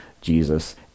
Jesus